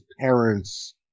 parents